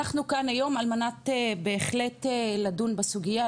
אנחנו כאן היום על מנת בהחלט לדון בסוגייה,